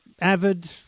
Avid